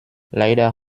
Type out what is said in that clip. leider